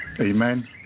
amen